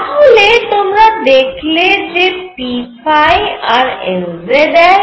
তাহলে তোমরা দেখলে যে p আর Lz একই